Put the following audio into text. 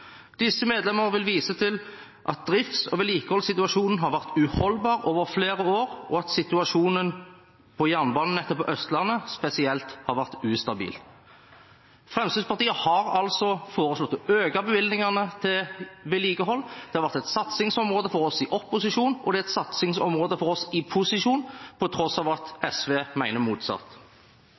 Disse medlemmer vil vise til at drifts- og vedlikeholdssituasjonen har vært uholdbar over flere år, og at situasjonen på jernbanenettet på Østlandet spesielt har vært ustabil.» Fremskrittspartiet har altså foreslått å øke bevilgningene til vedlikehold. Det har vært et satsingsområde for oss i opposisjon, og det er et satsingsområde for oss i posisjon – på tross av at SV mener motsatt.